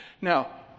Now